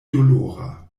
dolora